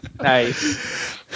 Nice